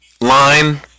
line